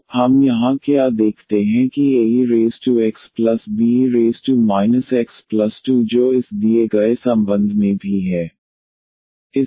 तो हम यहाँ क्या देखते हैं कि aexbe x2 जो इस दिए गए संबंध में भी है